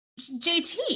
JT